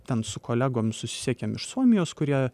ten su kolegom susisiekėm iš suomijos kurie